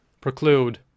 preclude